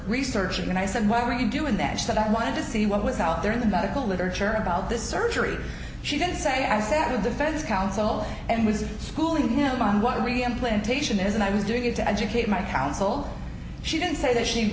researching and i said why are you doing that but i want to see what was out there in the medical literature about this surgery she didn't say i said in defense counsel and was schooling him on what reimplementation is and i was doing it to educate my counsel she didn't say that she